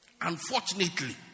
Unfortunately